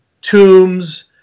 Tombs